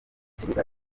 kibuga